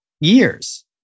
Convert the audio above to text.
years